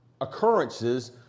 occurrences